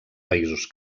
països